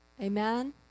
Amen